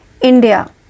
India